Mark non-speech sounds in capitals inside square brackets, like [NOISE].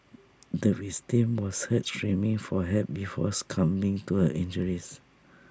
the [UNINTELLIGIBLE] was heard screaming for help before succumbing to her injuries